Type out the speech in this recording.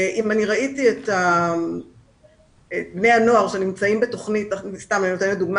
ראיתי את בני הנוער שנמצאים בתוכנית סתם אני נותנת דוגמה